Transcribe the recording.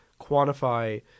quantify